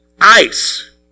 ice